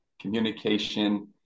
communication